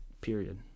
period